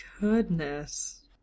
Goodness